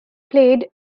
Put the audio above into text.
played